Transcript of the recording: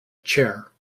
chair